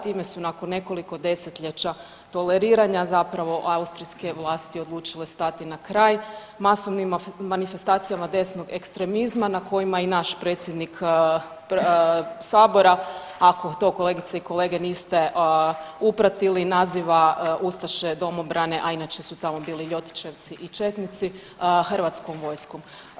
Time su nakon nekoliko 10-ljeća toleriranja zapravo austrijske vlasti odlučile stati na kraj masovnim manifestacijama desnog ekstremizma na kojima i naš predsjednik sabora ako to kolegice i kolege niste upratili naziva ustaše i domobrane, a inače su tamo bili … [[Govornik se ne razumije]] i četnici hrvatskom vojskom.